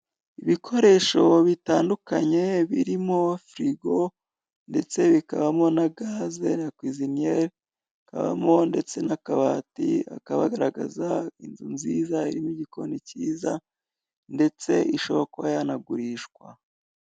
Ibikoresho bitandukanye birimo firigo ndetse, bikabamo na gaze kwizniyeri, kabamo ndetse n'akabati akagaragaza inzu nziza, irimo igikoni cyiza ndetse ishobora kuba yanagurishwa.